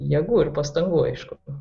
jėgų ir pastangų aišku